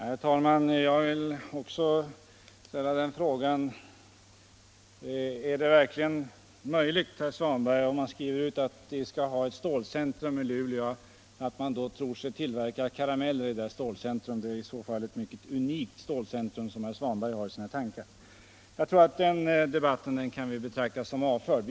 Herr talman! Jag vill också ställa den frågan. Är det verkligen möjligt, herr Svanberg, om man skriver ut att man skall ha ett stålcentrum i Luleå, att man då tror sig tillverka karameller därifrån? Det är i så fall ett unikt stålcentrum som herr Svanberg har i sina tankar. Den debatten tror jag vi kan betrakta som avförd.